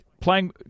playing